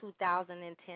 2010